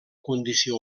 condició